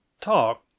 talk